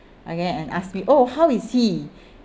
okay and ask me oh how is he